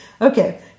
Okay